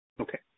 Okay